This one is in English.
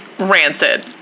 Rancid